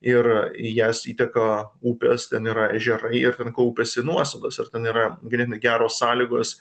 ir į jas įteka upės ten yra ežerai ir ten kaupiasi nuosėdos ir ten yra ganėtinai geros sąlygos